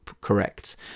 correct